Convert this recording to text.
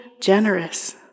generous